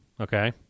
Okay